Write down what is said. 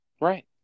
Right